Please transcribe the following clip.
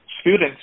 students